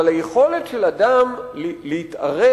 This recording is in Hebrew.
אבל היכולת של אדם להתערב